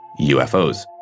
UFOs